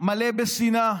מלא בשנאה,